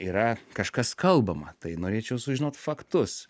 yra kažkas kalbama tai norėčiau sužinot faktus